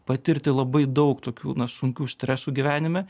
patirti labai daug tokių na sunkių stresų gyvenime